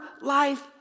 life